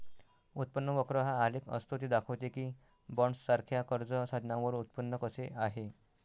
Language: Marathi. उत्पन्न वक्र हा आलेख असतो ते दाखवते की बॉण्ड्ससारख्या कर्ज साधनांवर उत्पन्न कसे आहे